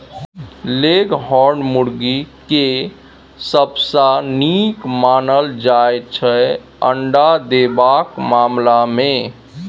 leghorn मुरगी केँ सबसँ नीक मानल जाइ छै अंडा देबाक मामला मे